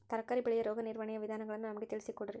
ತರಕಾರಿ ಬೆಳೆಯ ರೋಗ ನಿರ್ವಹಣೆಯ ವಿಧಾನಗಳನ್ನು ನಮಗೆ ತಿಳಿಸಿ ಕೊಡ್ರಿ?